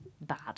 bad